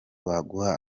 baguha